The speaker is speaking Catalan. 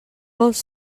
vols